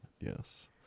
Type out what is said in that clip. Yes